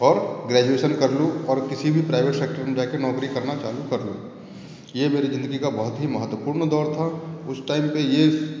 और ग्रेजुएशन कर लूँ और किसी भी प्राइवेट सेक्टर में जा के नौकरी करना चालू कर दूँ ये मेरे जिंदगी का बहुत ही महत्वपूर्ण दौर था उस टाइम पे ये